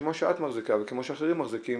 כמו שאת מחזיקה וכמו שאחרים מחזיקים,